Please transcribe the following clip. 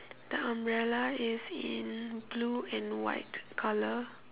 the umbrella is in blue and white color